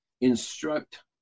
instruct